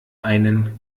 einen